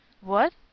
What